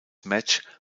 match